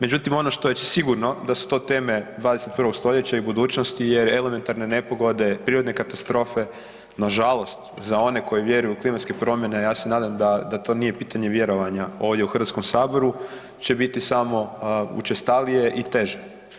Međutim, ono što je sigurno da su to teme 21. stoljeća i budućnost jer elementarne nepogode, prirodne katastrofe nažalost za one koji vjeruju u klimatske promjene, ja se nadam da to nije pitanje vjerovanja ovdje u HS-u će biti samo učestalije i teže.